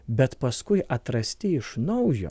bet paskui atrasti iš naujo